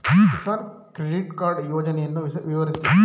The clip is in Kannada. ಕಿಸಾನ್ ಕ್ರೆಡಿಟ್ ಕಾರ್ಡ್ ಯೋಜನೆಯನ್ನು ವಿವರಿಸಿ?